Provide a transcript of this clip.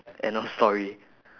end of story